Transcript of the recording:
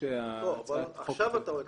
הצעת החוק הזאת מתקנת